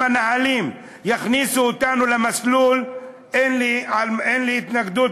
אם הנהלים יכניסו אותנו למסלול אין לי התנגדות,